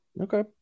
Okay